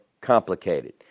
complicated